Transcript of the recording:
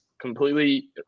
completely